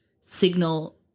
signal